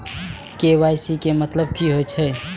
KYC के मतलब की होई छै?